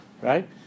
Right